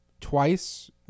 twice